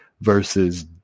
versus